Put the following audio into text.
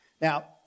Now